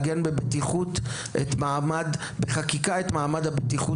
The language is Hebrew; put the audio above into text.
כדי לעגן בחקיקה את מעמד הבטיחות,